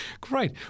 Great